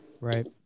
Right